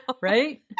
Right